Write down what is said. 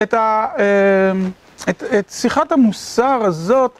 את שיחת המוסר הזאת